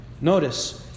Notice